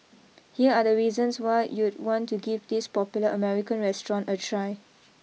here are the reasons why you'd want to give this popular American restaurant a try